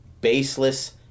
baseless